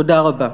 תודה רבה.